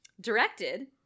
directed